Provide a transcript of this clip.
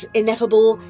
ineffable